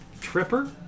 Tripper